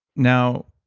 now,